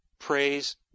Praise